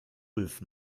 ulf